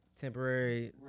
temporary